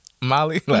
Molly